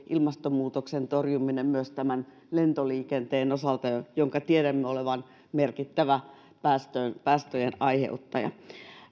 ilmastonmuutoksen torjuminen myös tämän lentoliikenteen osalta jonka tiedämme olevan merkittävä päästöjen aiheuttaja